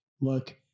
look